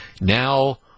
now